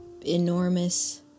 enormous